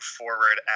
forward